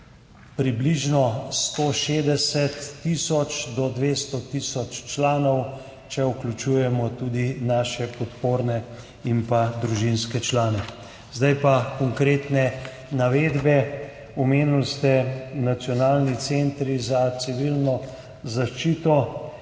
približno 160 tisoč do 200 tisoč članov, če vključujemo tudi naše podporne in družinske člane. Zdaj pa konkretne navedbe. Omenili ste nacionalne centre za civilno zaščito.